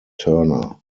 turner